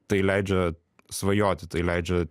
tai leidžia svajoti tai leidžia